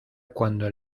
cuando